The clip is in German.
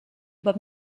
über